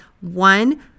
One